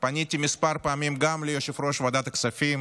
פניתי כמה פעמים גם ליושב-ראש ועדת הכספים